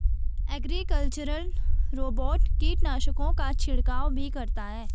agricultural robot कीटनाशकों का छिड़काव भी करता है